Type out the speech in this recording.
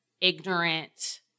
ignorant